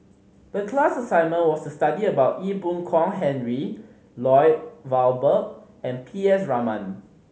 the class assignment was to study about Ee Boon Kong Henry Lloyd Valberg and P S Raman